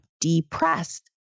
depressed